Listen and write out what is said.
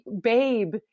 Babe